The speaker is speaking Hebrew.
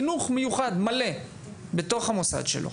כיתות חינוך מיוחד בתוך המוסד שלו?